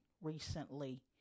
recently